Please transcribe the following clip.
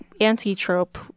anti-trope